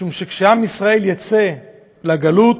משום שכשעם ישראל יצא לגלות